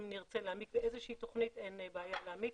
אם נרצה להעמיק באיזה שהיא תוכנית אין בעיה להעמיק,